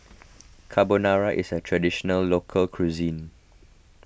Carbonara is a Traditional Local Cuisine